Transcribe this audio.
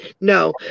No